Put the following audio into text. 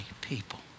people